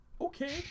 Okay